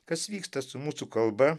kas vyksta su mūsų kalba